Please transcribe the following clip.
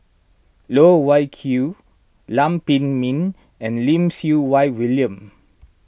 Loh Wai Kiew Lam Pin Min and Lim Siew Wai William